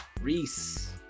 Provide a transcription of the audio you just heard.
reese